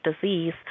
disease